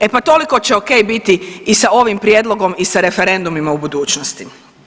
E pa toliko će ok biti i sa ovim prijedlogom i sa referendumima u budućnosti.